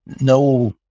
no